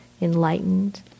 enlightened